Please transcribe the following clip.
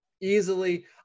easily